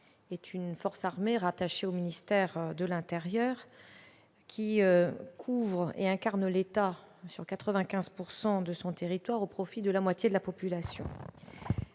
est une force armée rattachée au ministère de l'intérieur, qui couvre et incarne l'État sur 95 % de son territoire, au profit de la moitié de la population.